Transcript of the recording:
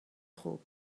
خوب